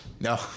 no